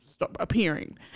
appearing